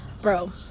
bro